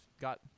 got